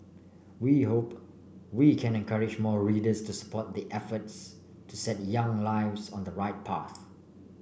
we hope we can encourage more readers to support the efforts to set young lives on the right path